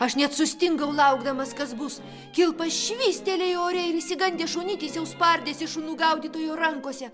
aš net sustingau laukdamas kas bus kilpa švystelėjo ore ir išsigandęs šunytis jau spardėsi šunų gaudytojų rankose